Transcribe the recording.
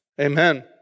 amen